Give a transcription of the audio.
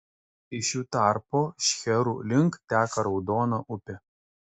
iš jų tarpo šcherų link teka raudona upė